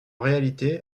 réalité